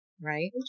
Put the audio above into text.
Right